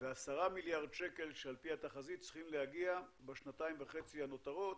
ועשרה מיליארד שקל שעל פי התחזית צריכים להגיע בשנתיים וחצי הנותרות.